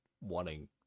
wanting